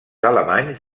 alemanys